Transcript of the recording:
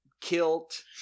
kilt